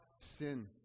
sin